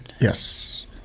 Yes